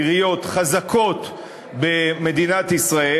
עיריות חזקות במדינת ישראל,